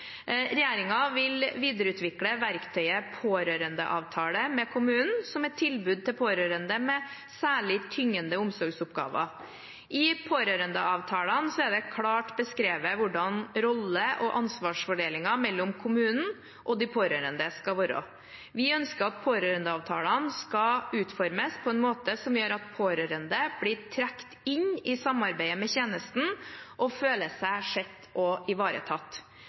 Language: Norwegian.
vil videreutvikle verktøyet pårørendeavtale med kommunen som et tilbud til pårørende med særlig tyngende omsorgsoppgaver. I pårørendeavtalen er det klart beskrevet hvordan rolle- og ansvarsfordelingen mellom kommunen og de pårørende skal være. Vi ønsker at pårørendeavtalene skal utformes på en måte som gjør at pårørende blir trukket inn i samarbeidet med tjenesten og føler seg sett og ivaretatt.